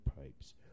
pipes